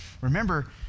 remember